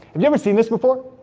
and you ever seen this before?